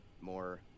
more